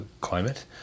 climate